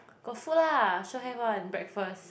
got food lah sure have [one] breakfast